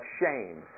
shame